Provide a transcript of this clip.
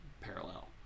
parallel